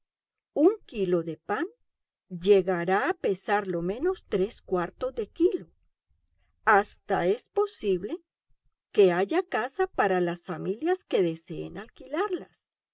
un kilo de pan llegará a pesar lo menos tres cuartos de kilo hasta es posible que haya casas para las familias que deseen alquilarlas